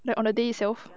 like on the day itself